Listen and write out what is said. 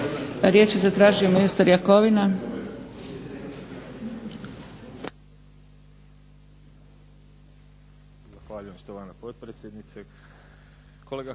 Riječ je zatražio ministar Jakovina.